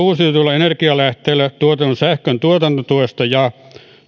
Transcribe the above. uusiutuvilla energialähteillä tuotetun sähkön tuotantotuesta ja